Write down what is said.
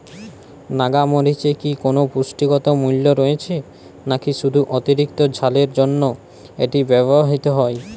নাগা মরিচে কি কোনো পুষ্টিগত মূল্য রয়েছে নাকি শুধু অতিরিক্ত ঝালের জন্য এটি ব্যবহৃত হয়?